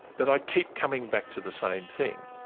but i keep coming back to the same thing,